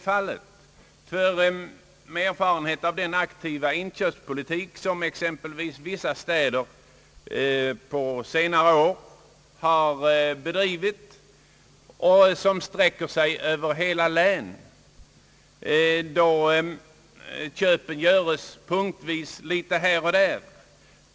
Vi har erfarenhet av den aktiva inköpspolitik som exempelvis vissa städer på senare år har bedrivit. Dessa gör köp punktvis här och där, och köpen sträcker sig över hela län.